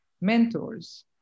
mentors